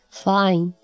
fine